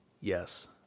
Yes